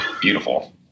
beautiful